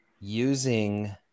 using